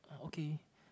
okay